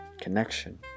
connection